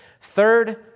Third